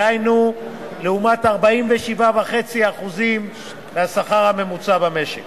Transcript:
דהיינו לעומת 47.5% מהשכר הממוצע במשק